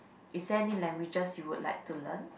is there any languages you would like to learn